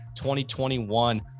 2021